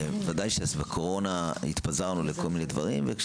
ודאי שבקורונה התפזרנו לכל מיני דברים,